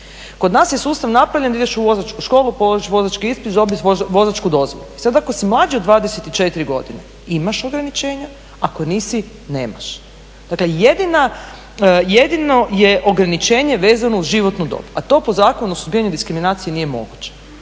Kod nas je sustav napravljen da ideš u vozačku školu, polažeš vozački ispit, dobiješ vozačku dozvolu i sad ako si mlađi od 24 godine imaš ograničenja, ako nisi nemaš. Dakle, jedino je ograničenje vezano uz životnu dob, a to po Zakonu o suzbijanju diskriminacije nije moguće.